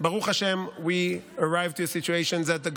Baruch Hashem we arrived to the situation that the